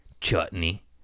Chutney